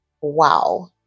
Wow